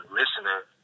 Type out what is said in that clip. listening